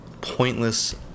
pointless